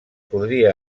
podria